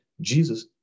Jesus